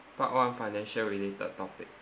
part one financial related topic